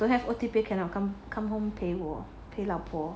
don't have O_T pay cannot come come home 陪我陪老婆